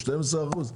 ב-12%?